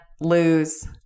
lose